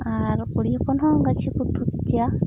ᱟᱨ ᱠᱩᱲᱤ ᱦᱚᱯᱚᱱ ᱦᱚᱸ ᱜᱟᱹᱪᱷᱤ ᱠᱚ ᱛᱩᱫ ᱜᱮᱭᱟ